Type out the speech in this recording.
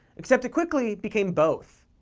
except it quickly became both.